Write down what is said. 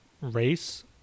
race